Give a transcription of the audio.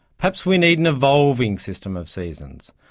perhaps we need an evolving system of seasons.